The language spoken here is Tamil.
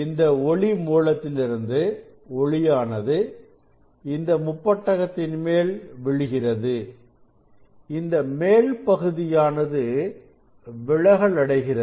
இந்த ஒளி மூலத்திலிருந்து ஒளியானது இந்த முப்பட்டகத்தின் மேல் விழுகிறது இந்த மேல் பகுதியானது விலகல் அடைகிறது